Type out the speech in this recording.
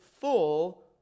full